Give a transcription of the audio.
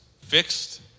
fixed